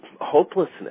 hopelessness